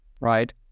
right